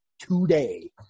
today